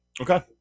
okay